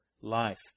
life